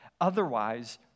Otherwise